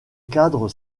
cadre